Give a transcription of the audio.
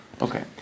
Okay